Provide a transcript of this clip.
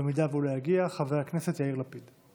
במידה שהוא לא יגיע, חבר הכנסת יאיר לפיד.